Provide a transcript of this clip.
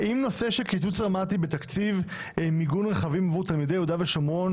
האם נושא של קיצוץ דרמטי בתקציב מיגון רכבים ביהודה ושומרון